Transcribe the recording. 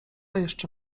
jeszcze